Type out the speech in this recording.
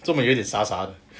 怎么有点傻傻的